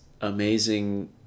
amazing